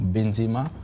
Benzema